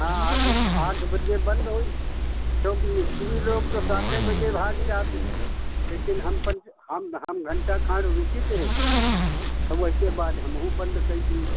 हाँ आठ आठ बजे बंद होई क्योंकि मिस्त्री लोग तो सात बजे भाग जाते हैं लेकिन हम हम घंटा खार रुकित है आ ओयके बाद हमहु बंद कै दी